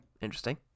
Interesting